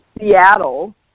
Seattle